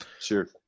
sure